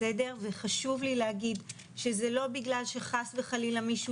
וחשוב לי להגיד שזה לא בגלל שחס וחלילה מישהו